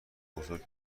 بزرگ